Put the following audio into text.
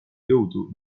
jõudu